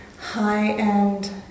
high-end